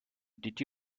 did